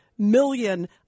million